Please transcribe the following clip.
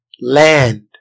land